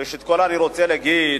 ראשית כול אני רוצה להגיד,